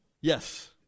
yes